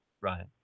right